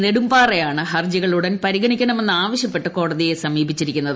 നെടുംപാറയാണ് ഹർജികൾ ഉടൻ പരിഗണിക്കണമെന്ന് ആവശ്യപ്പെട്ട് കോടതിയെ സമീപിച്ചിരിക്കുന്നത്